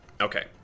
Okay